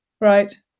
right